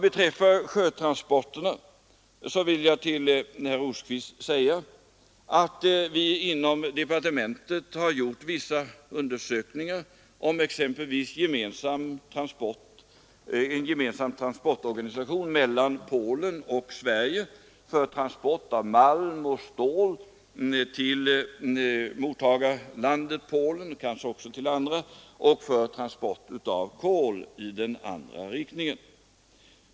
Beträffande sjötransporterna vill jag också säga till herr Rosqvist att vi inom departementet har gjort vissa undersökningar om en gemensam transportorganisation mellan Polen och Sverige för transport av malm och stål till mottagarlandet Polen, kanske också till andra länder, och för transport av kol i den andra riktningen.